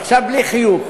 עכשיו בלי חיוך,